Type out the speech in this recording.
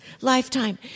lifetime